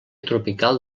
tropical